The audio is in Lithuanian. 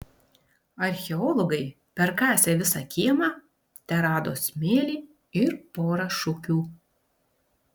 archeologai perkasę visą kiemą terado smėlį ir porą šukių